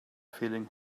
feeling